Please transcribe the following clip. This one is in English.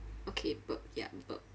okay burp ya burp